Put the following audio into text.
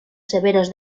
severos